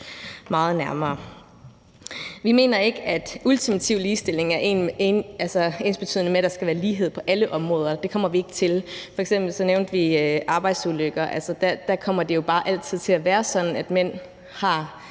Vi mener ikke, at ultimativ ligestilling er ensbetydende med, at der skal være lighed på alle områder. Det kommer vi ikke til at få. F.eks. nævnte vi arbejdsulykker, hvor det jo bare altid kommer til at være sådan, at mænd er